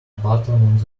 button